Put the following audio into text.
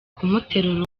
kumuterura